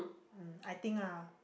um I think lah